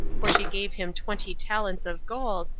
for she gave him twenty talents of gold,